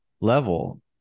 level